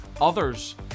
others